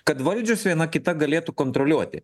kad valdžios viena kita galėtų kontroliuoti